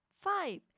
five